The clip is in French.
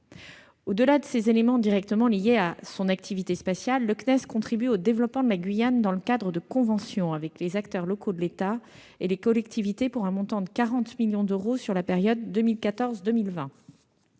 Au-delà de ces éléments directement liés à son activité spatiale, le CNES contribue au développement de la Guyane dans le cadre de conventions avec les acteurs locaux de l'État et les collectivités, pour un montant de 40 millions d'euros sur la période 2014-2020.